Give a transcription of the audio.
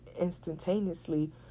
instantaneously